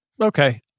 Okay